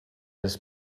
des